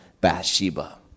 Bathsheba